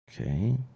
okay